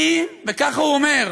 "אני" ככה הוא אומר,